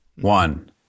one